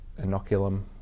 inoculum